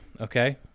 Okay